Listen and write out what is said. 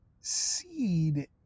seed